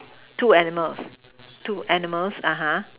two animals two animals (uh huh)